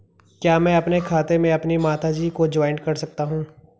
क्या मैं अपने खाते में अपनी माता जी को जॉइंट कर सकता हूँ?